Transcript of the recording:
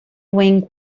wing